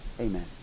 Amen